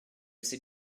sais